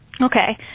Okay